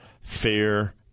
Fair